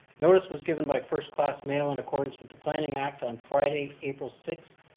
notice was given by first-class mail in accordance with the planning act on friday, april sixth,